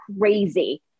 crazy